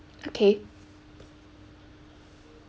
okay